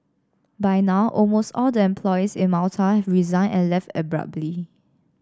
by now almost all the employees in Malta have resigned and left abruptly